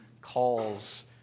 calls